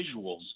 visuals